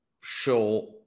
show